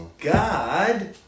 God